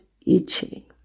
itching